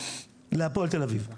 להפועל תל אביב.